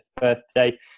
birthday